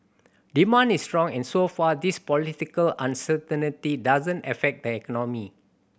demand is strong and so far this political uncertain doesn't affect the economy